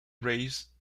race